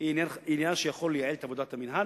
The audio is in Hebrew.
היא עניין שיכול לייעל את עבודת המינהל,